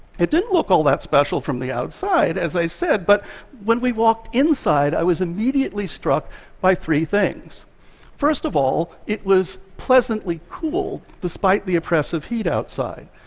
it didn't look all that special from the outside, as i said, but when we walked inside, i was immediately struck by three things first of all, it was pleasantly cool despite the oppressive heat outside.